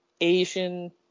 asian